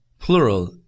Plural